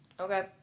Okay